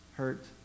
hurt